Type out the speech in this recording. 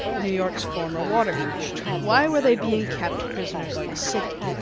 new york's former water commissioner. why were they being kept prisoners in the city?